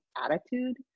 attitude